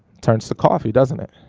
turns to coffee, doesn't it?